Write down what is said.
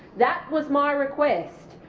that was my request.